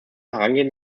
herangehen